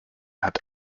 hat